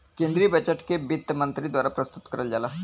केन्द्रीय बजट के वित्त मन्त्री द्वारा प्रस्तुत करल जाला